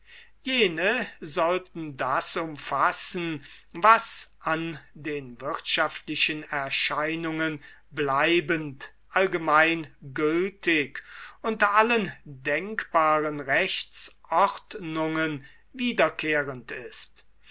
jene sollten das umfassen was an den wirtschaftlichen erscheinungen bleibend allgemein gültig unter allen denkbaren rechtsordnungen wiederkehrend ist